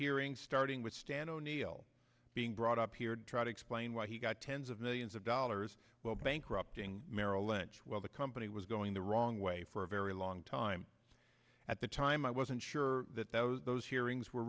hearings starting with stan o'neal being brought up here try to explain why he got tens of millions of dollars while bankrupting mero lynch well the company was going the wrong way for a very long time at the time i wasn't sure that those those hearings were